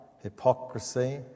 hypocrisy